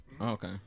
Okay